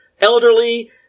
elderly